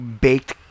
baked